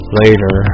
later